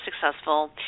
successful